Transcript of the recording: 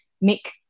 make